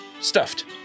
stuffed